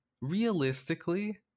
realistically